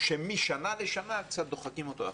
שמשנה לשנה דוחקים אותו החוצה.